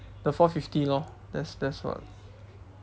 the four fifty lor that's that's what